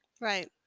Right